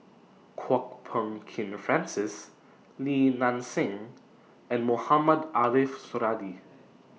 Kwok Peng Kin Francis Li Nanxing and Mohamed Ariff Suradi